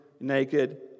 naked